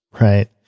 Right